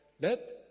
Let